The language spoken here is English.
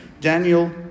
Daniel